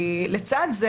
כי לצד זה,